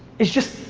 is just.